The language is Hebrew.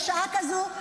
בשעה כזאת,